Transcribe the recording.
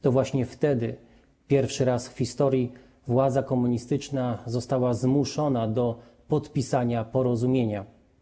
To właśnie wtedy pierwszy raz w historii władza komunistyczna została zmuszona do podpisania porozumienia.